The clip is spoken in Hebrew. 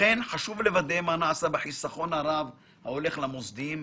לכן חשוב לוודא מה נעשה בחיסכון הרב ההולך למוסדיים,